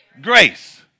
grace